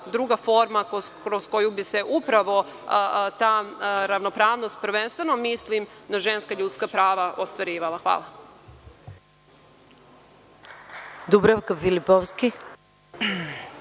druga forma, kroz koju bi se upravo ta ravnopravnost, prvenstveno mislim na ženska ljudska prava, ostvarivala. Hvala. **Maja Gojković**